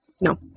No